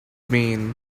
mean